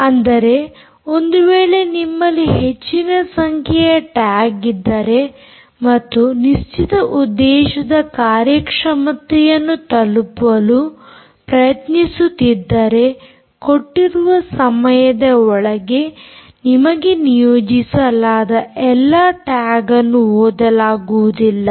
ಅಂದರೆ ಒಂದು ವೇಳೆ ನಿಮ್ಮಲ್ಲಿ ಹೆಚ್ಚಿನ ಸಂಖ್ಯೆಯ ಟ್ಯಾಗ್ ಇದ್ದರೆ ಮತ್ತು ನೀವು ನಿಶ್ಚಿತ ಉದ್ದೇಶದ ಕಾರ್ಯಕ್ಷಮತೆಯನ್ನು ತಲುಪಲು ಪ್ರಯತ್ನಿಸುತ್ತಿದ್ದರೆ ಕೊಟ್ಟಿರುವ ಸಮಯದ ಒಳಗೆ ನಿಮಗೆ ನಿಯೋಜಿಸಲಾದ ಎಲ್ಲ ಟ್ಯಾಗ್ಅನ್ನು ಓದಲಾಗುವುದಿಲ್ಲ